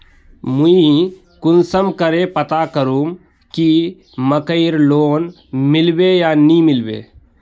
मुई कुंसम करे पता करूम की मकईर लोन मिलबे या नी मिलबे?